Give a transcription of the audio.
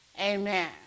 Amen